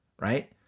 right